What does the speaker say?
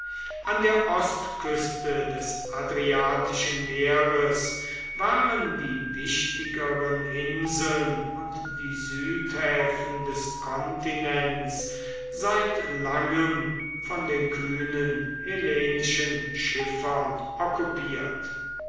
an der ostküste des adriatischen meeres waren die wichtigeren inseln und die südhäfen des kontinents seit langem von den kühnen hellenischen schiffern okkupiert